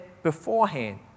beforehand